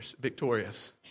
victorious